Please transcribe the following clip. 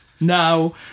Now